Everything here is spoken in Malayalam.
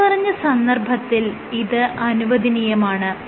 മേല്പറഞ്ഞ സന്ദർഭത്തിൽ ഇത് അനുവദനീയമാണ്